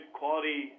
quality